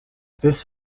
this